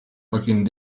looking